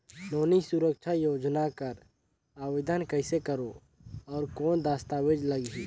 नोनी सुरक्षा योजना कर आवेदन कइसे करो? और कौन दस्तावेज लगही?